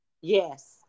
Yes